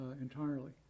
entirely